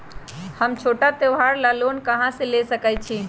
हम छोटा त्योहार ला लोन कहां से ले सकई छी?